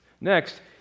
Next